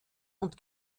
und